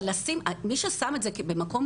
מי ששם את זה במקום,